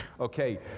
Okay